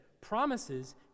promises